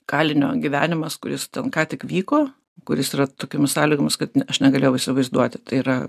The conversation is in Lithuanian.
kalinio gyvenimas kuris ten ką tik vyko kuris yra tokiomis sąlygomis kad aš negalėjau įsivaizduoti tai yra